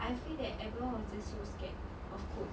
I feel that everyone was just so scared of coach